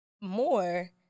more